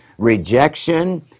rejection